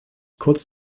kurz